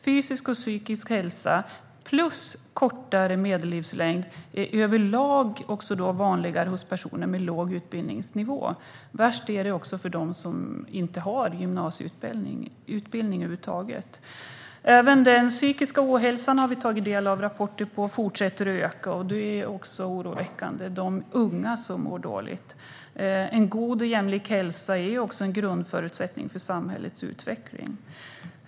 Fysisk och psykisk hälsa plus kortare medellivslängd är över lag vanligare hos personer med låg utbildningsnivå. Värst är det för dem som inte har gymnasieutbildning över huvud taget. Vi har även tagit del av rapporter som säger att den psykiska ohälsan fortsätter att öka och att det är de unga som mår dåligt, vilket är oroväckande. En god och jämlik hälsa är en grundförutsättning för samhällets utveckling.